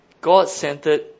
God-centered